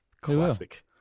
Classic